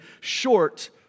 short